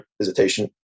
visitation